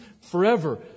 forever